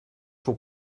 pour